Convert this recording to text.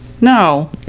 no